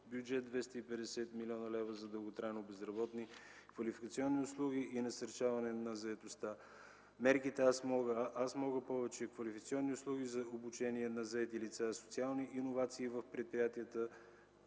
бюджет 250 млн. лв. за дълготрайно безработни, квалификационни услуги и насърчаване на заетостта, мерките „Аз мога” и „Аз мога повече”, квалификационни услуги за обучение на заети лица, социални иновации в предприятията.